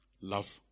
love